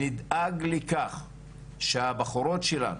נדאג לכך שהבחורות שלנו,